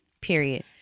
Period